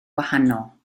wahanol